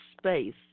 space